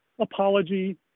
apology